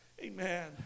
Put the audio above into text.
Amen